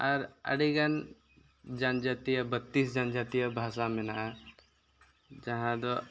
ᱟᱨ ᱟᱰᱤᱜᱟᱱ ᱡᱟᱱᱡᱟᱛᱤ ᱵᱚᱛᱛᱤᱥ ᱡᱟᱱᱡᱟᱛᱤᱭᱚ ᱵᱷᱟᱥᱟ ᱢᱮᱱᱟᱜᱼᱟ ᱡᱟᱦᱟᱸ ᱫᱚ